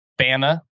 Bama